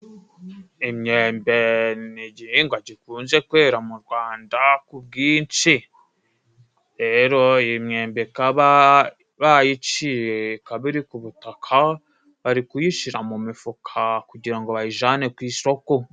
Imyembe ni igihingwa gikunze kwera mu Rwanda ku bwinshi, rero iyi mwembe ikaba bayiciye ikaba iri k'ubutaka, bari kuyishyira mu mifuka kugira ngo bayijane ku isoko.